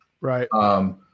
Right